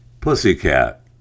pussycat